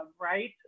right